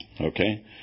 okay